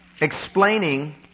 explaining